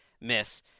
miss